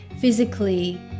physically